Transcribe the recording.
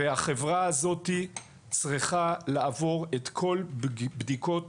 החברה הזאת צריכה לעבור את כל בדיקות